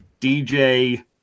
DJ